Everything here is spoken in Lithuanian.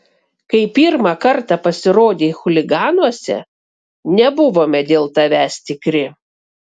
kai pirmą kartą pasirodei chuliganuose nebuvome dėl tavęs tikri